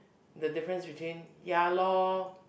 the difference between ya loh